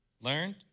learned